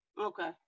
Okay